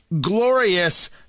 glorious